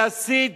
להסית